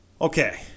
Okay